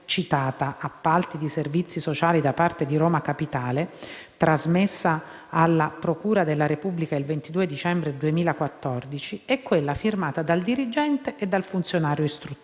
«Appalti di servizi sociali da parte di Roma Capitale, fascicolo GE/10/73444», trasmessa alla procura della Repubblica il 22 dicembre 2014, è quella firmata dal dirigente e dal funzionario istruttore,